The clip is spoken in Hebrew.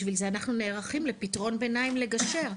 בשביל זה אנחנו נערכים לפתרון ביניים לגשר.